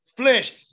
flesh